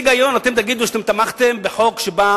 איזה היגיון תגידו שהיה לכם כשלא תמכתם בחוק שבא